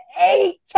eight